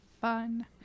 fun